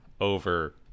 over